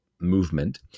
movement